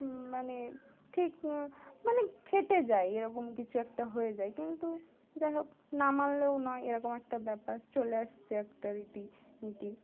মানে ঠিক মানে খেটে যায় এরকম কিছু একটা হয়ে যায় কিন্তু যাই হোক না মানলেও নয় এরকম একটা ব্যাপার চলে আসছে একটা রীতি নীতি